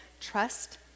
trust